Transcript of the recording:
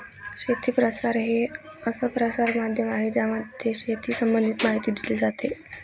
शेती प्रसार हे असं प्रसार माध्यम आहे ज्यामध्ये शेती संबंधित माहिती दिली जाते